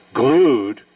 glued